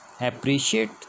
appreciate